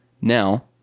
now